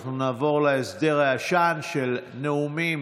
אנחנו נעבור להסדר הישן של נאומים